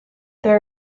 there